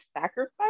sacrifice